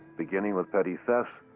beginning with petty theft,